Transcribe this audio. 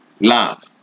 love